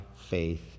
faith